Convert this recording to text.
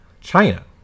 china